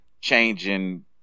changing